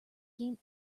gain